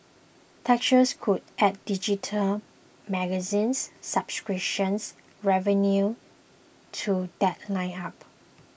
texture could add digital magazine subscription revenue to that lineup